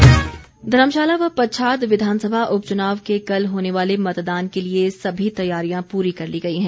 उपचुनाव धर्मशाला व पच्छाद विधानसभा उपचुनाव के कल होने वाले मतदान के लिए सभी तैयारियां पूरी कर ली गई हैं